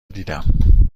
دیدم